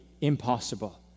impossible